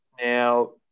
Now